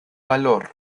valor